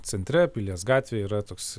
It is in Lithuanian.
centre pilies gatvėje yra toks